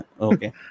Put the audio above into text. okay